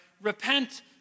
Repent